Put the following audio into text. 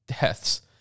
deaths